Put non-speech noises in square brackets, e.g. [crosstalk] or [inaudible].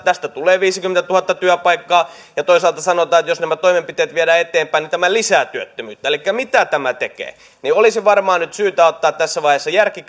tästä tulee viisikymmentätuhatta työpaikkaa ja toisaalta sanotaan että jos nämä toimenpiteet viedään eteenpäin niin tämä lisää työttömyyttä mitä tämä tekee olisi varmaan nyt syytä ottaa tässä vaiheessa järki [unintelligible]